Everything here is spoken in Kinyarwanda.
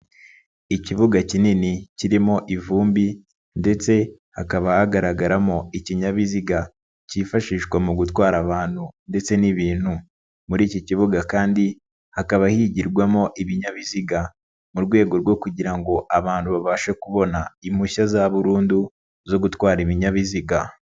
Ikibuga kinini kirimo ivumbi ndetse hakaba hagaragaramo ikinyabiziga cyifashishwa mu gutwara abantu ndetse n'ibintu, muri iki kibuga kandi hakaba higirwamo ibinyabiziga, mu rwego rwo kugira ngo abantu babashe kubona impushya za burundu zo gutwara ibinyabiziga.